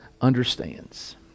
understands